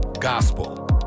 gospel